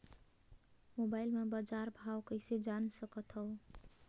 Mobile म बजार भाव कइसे जान सकथव?